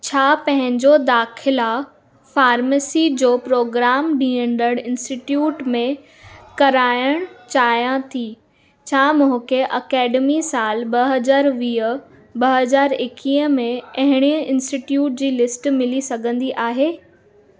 छा पंहिंजो दाख़िला फार्मसी जो प्रोग्राम ॾियदड़ इन्स्टिट्यूट में कराइण चाहियां थी छा मूंखे अकैडमी साल ॿ हज़ार वीह ॿ हज़ार एकवीह में अहिड़े इन्स्टिट्यूट जी लिस्ट मिली सघंदी आहे